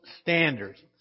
standards